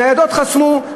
ניידות חסמו,